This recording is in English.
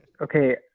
Okay